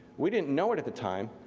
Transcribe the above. we didn't know it at the time,